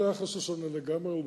כל היחס הוא שונה לגמרי.